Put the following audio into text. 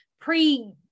pre